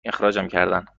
کردن